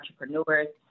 entrepreneurs